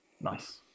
Nice